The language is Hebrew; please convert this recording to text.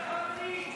ממש דואגת לחרדים.